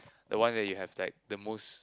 the one that you have like the most